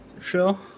Sure